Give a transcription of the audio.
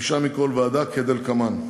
חמישה מכל ועדה, כדלקמן: